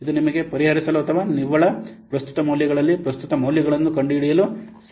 ಇದು ನಿಮಗೆ ಪರಿಹರಿಸಲು ಅಥವಾ ನಿವ್ವಳ ಪ್ರಸ್ತುತ ಮೌಲ್ಯಗಳಲ್ಲಿ ಪ್ರಸ್ತುತ ಮೌಲ್ಯಗಳನ್ನು ಕಂಡುಹಿಡಿಯಲು ಸಹಾಯ ಮಾಡುತ್ತದೆ